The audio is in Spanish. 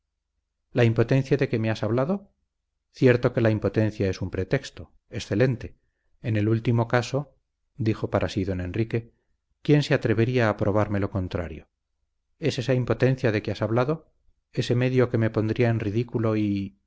la impotencia de que me has hablado cierto que la impotencia es un pretexto excelente en el último caso dijo para sí don enrique quién se atrevería a probarme lo contrario es esa impotencia de que has hablado ese medio que me pondría en ridículo y